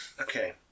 okay